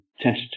test